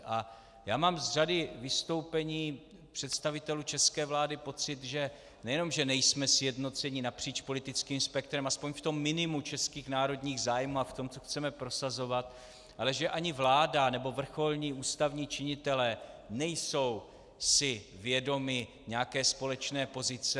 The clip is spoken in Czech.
A mám z řady vystoupení představitelů české vlády pocit, že nejenom nejsme sjednoceni napříč politickým spektrem, aspoň v tom minimu českých národních zájmů a v tom, co chceme prosazovat, ale že ani vláda nebo vrcholní ústavní činitelé nejsou si vědomi nějaké společné pozice.